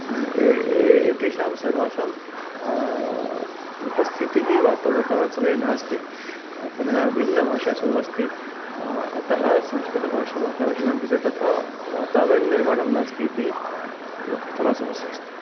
ए एतेषां सर्वासाम् उपस्थितिः वर्त् वर्तमानसमये नास्ति पुनः भिन्नभाषासु अस्ति अतः संस्कृतभाष् भाषाभाषिणां कृते तथा वातावरणनिर्माणं नास्ति इति प्रथमा समस्या अस्ति